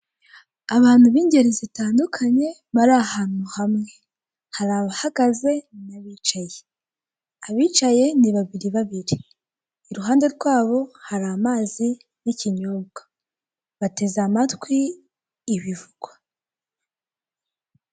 Abantu b'ingeri zitandukanye bari ahantu hamwe hari abahagaze n'abicaye, abicaye ni babiri babiri iruhande rwabo hari amazi n'ikinyobwa, bateze amatwi ibivugwa.